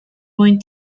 mwyn